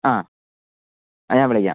ആ ഞാൻ വിളിക്കാം